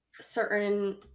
certain